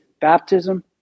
baptism